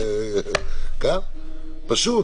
פשוט,